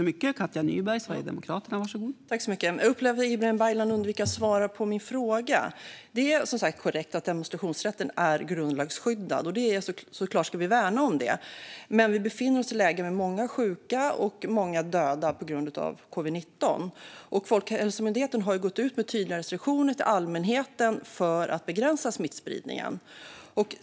Fru talman! Jag upplever att Ibrahim Baylan undviker att svara på min fråga. Det är korrekt att demonstrationsrätten är grundlagsskyddad. Den ska vi såklart värna. Men vi befinner oss i ett läge med många sjuka och många döda på grund av covid-19. Folkhälsomyndigheten har också gått ut med tydliga restriktioner till allmänheten för att begränsa smittspridningen.